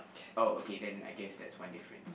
oh okay then I guess that's one different